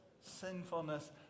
sinfulness